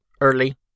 early